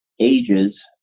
ages